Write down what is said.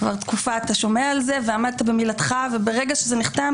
כבר תקופה אתה שומע על זה ועמדת במילתך וברגע שזה נחתם